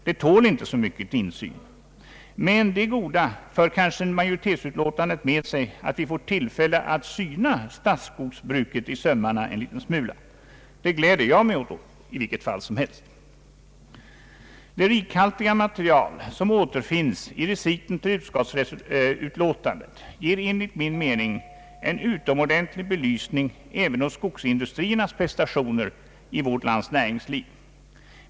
Det tål inte för mycket insyn. Det goda för kanske majoritetsutlåtandet med sig att vi får tillfälle att syna statsskogsbruket i sömmarna en liten smula. Det gläder i varje fall jag mig åt. Det rikhaltiga material som återfinnes i reciten till utskottsutlåtandet ger enligt min mening en utomordentlig belysning även åt skogsindustriernas prestationer i vårt lands näringsliv.